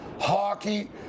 hockey